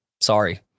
sorry